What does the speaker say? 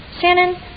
Shannon